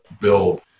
build